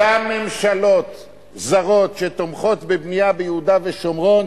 אותן ממשלות זרות שתומכות בבנייה ביהודה ושומרון,